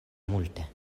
multe